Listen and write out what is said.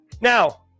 now